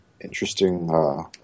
Interesting